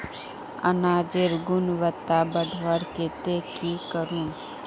अनाजेर गुणवत्ता बढ़वार केते की करूम?